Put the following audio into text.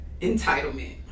Entitlement